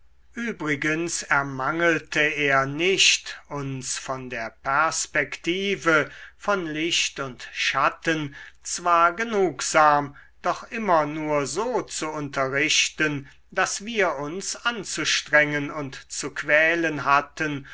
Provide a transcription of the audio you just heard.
übrigens ermangelte er nicht uns von der perspektive von licht und schatten zwar genugsam doch immer nur so zu unterrichten daß wir uns anzustrengen und zu quälen hatten